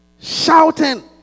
Shouting